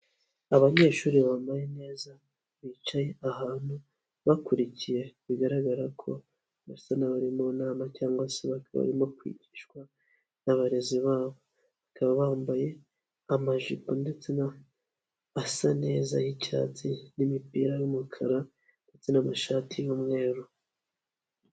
Abanyeshuri bambaye neza bicaye ahantu bakurikiye bigaragara ko basa n'abari mu nama cyangwa se barimo kwigishwa n'abarezi babo, bakaba bambaye amajipo ndetse na asa neza yicyatsi n'imipira y'umukara ndetse n'amashati y'umweru.